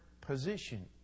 position